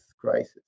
crisis